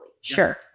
Sure